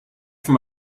from